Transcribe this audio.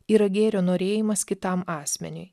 yra gėrio norėjimas kitam asmeniui